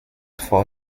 vor